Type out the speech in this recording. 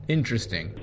Interesting